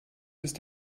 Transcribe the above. ist